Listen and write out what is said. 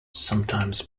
sometimes